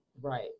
Right